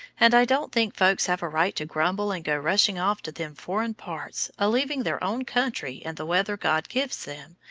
and i don't think folks have a right to grumble and go rushing off to them foreign parts, a-leaving their own country and the weather god gives them,